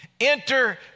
Enter